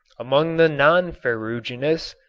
among the non-ferruginous,